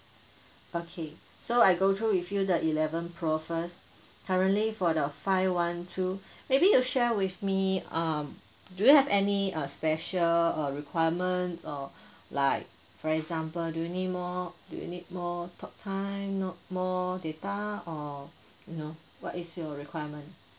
okay so I go through with you the eleven pro first currently for the five one two maybe you share with me um do you have any uh special uh requirement or like for example do you need more do you need more talk time more data or you know what is your requirement